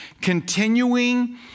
continuing